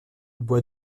boit